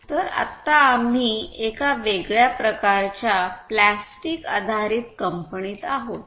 तर आत्ता आम्ही एका वेगळ्या प्रकारच्या प्लास्टिक आधारित कंपनीत आहोत